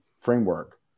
framework